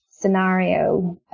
scenario